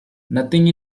nothing